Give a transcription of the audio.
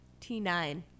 T9